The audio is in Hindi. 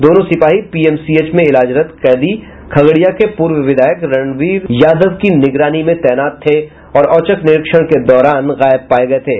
दोनों सिपाही पीएमसीएच में ईलाजरत कैदी खगड़िया के पूर्व विधायक रणवीर यादव की निगरानी में तैनात थे और औचक निरीक्षण के दौरान गायब पाये गए थे